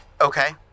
Okay